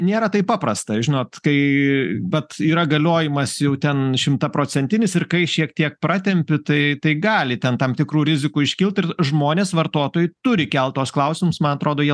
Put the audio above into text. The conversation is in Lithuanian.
nėra taip paprasta žinot kai vat yra galiojimas jau ten šimtaprocentinis ir kai šiek tiek pratempi tai tai gali ten tam tikrų rizikų iškilt ir žmonės vartotojai turi kelt tuos klausimus man atrodo jie